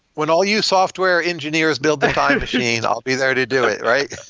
when all you software engineers build the time machine, i'll be there to do it, right?